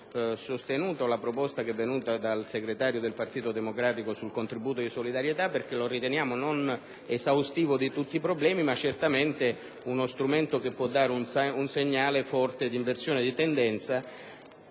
sostenuto la proposta, venuta dal segretario del Partito Democratico, sul contributo di solidarietà. Non lo riteniamo esaustivo di tutti i problemi, ma certamente è uno strumento che può dare un segnale forte di inversione di tendenza.